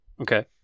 Okay